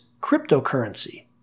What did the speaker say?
cryptocurrency